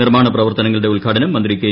നിർമ്മാണ പ്രവർത്തനങ്ങ്ളുടെ ഉദ്ഘാടനം മന്ത്രി കെ